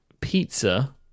pizza